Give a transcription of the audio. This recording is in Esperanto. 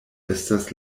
estas